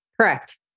Correct